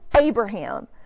Abraham